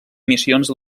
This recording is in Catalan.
missions